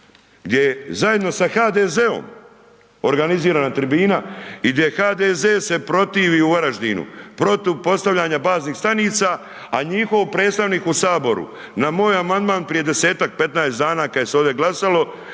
gdje je zajedno sa HDZ-om, organizirana tribina i gdje HDZ se protivi u Varaždinu, protu postavljanja baznih stanica, a njihov predstavnik u Saboru, na moj amandman prije 10-15 dana kada se ovdje glasalo,